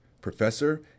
Professor